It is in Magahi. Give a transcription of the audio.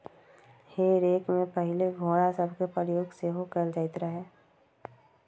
हे रेक में पहिले घोरा सभके प्रयोग सेहो कएल जाइत रहै